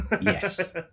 Yes